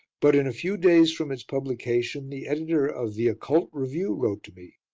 but in a few days from its publication the editor of the occult review wrote to me.